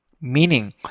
meaning